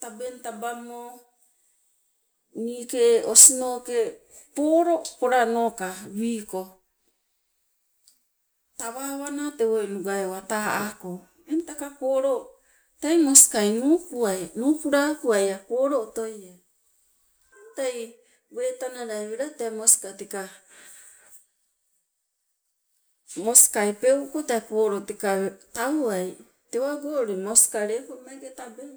tabeng tabammo niike osinoke poro polanoka wiiko tawawana tewoi nugai wata ako, eng teka poro tei moskai nupuai, nupula apuai a' poro otoie eng tei weletanalai wela tee moska teka moskai peukuko tee poro teka tauwai. Tewago ule moska lepo meeke tabeng.